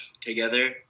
together